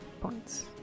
points